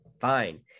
fine